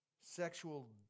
sexual